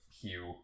hue